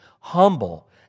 humble